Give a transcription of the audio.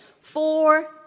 Four